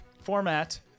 format